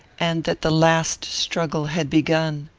and that the last struggle had begun.